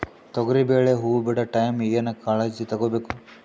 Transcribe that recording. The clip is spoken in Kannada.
ತೊಗರಿಬೇಳೆ ಹೊವ ಬಿಡ ಟೈಮ್ ಏನ ಕಾಳಜಿ ತಗೋಬೇಕು?